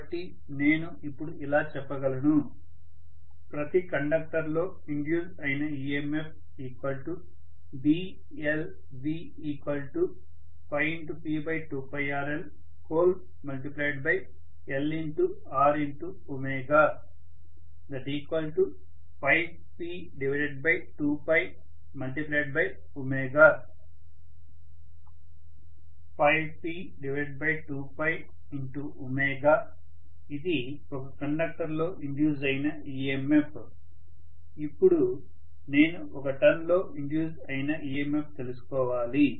కాబట్టి నేను ఇప్పుడు ఇలా చెప్పగలను ప్రతి కండక్టర్ లో ఇండ్యూస్ అయిన EMFBlv P2rll P2 P2 ఇది ఒక కండక్టర్ లో ఇండ్యూస్ అయిన EMF అప్పుడు నేను ఒక టర్న్ లో ఇండ్యూస్ అయిన EMF తెలుసుకోవాలి